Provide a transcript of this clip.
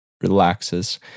relaxes